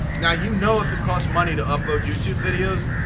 now, you know if it cost money to upload youtube videos,